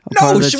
No